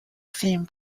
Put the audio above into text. thin